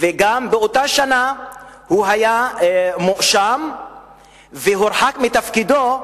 וגם באותה שנה הוא היה מואשם והורחק מתפקידו,